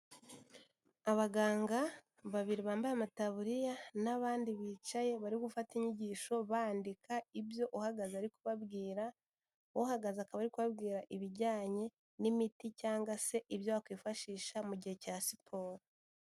Abaganga babiri bambaye amataburiya n'abandi bicaye bari gufata inyigisho bandika ibyo uhagaze ari kubabwira, uhagaze akaba ari kubabwira ibijyanye n'imiti cyangwa se ibyo wakwifashisha mu gihe cya siporo.